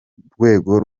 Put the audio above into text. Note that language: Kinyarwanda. rwego